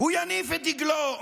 הוא יניף את דגלו,